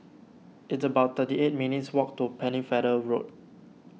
it's about thirty eight minutes' walk to Pennefather Road